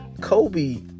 Kobe